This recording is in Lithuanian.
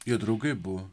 jo draugai buvo